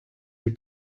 your